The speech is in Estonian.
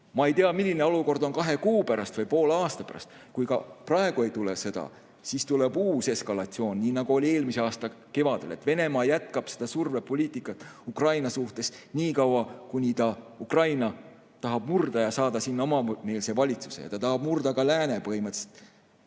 Ma ei tea, milline olukord on kahe kuu pärast või poole aasta pärast. Isegi kui praegu ei tule sõda, siis tuleb uus eskalatsioon, nii nagu oli eelmise aasta kevadel. Venemaa jätkab survepoliitikat Ukraina suhtes niikaua, kuni ta Ukraina tahab murda ja saada sinna omameelse valitsuse. Ta tahab põhimõtteliselt